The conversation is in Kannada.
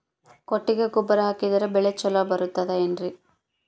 ಕೊಟ್ಟಿಗೆ ಗೊಬ್ಬರ ಹಾಕಿದರೆ ಬೆಳೆ ಚೊಲೊ ಬರುತ್ತದೆ ಏನ್ರಿ?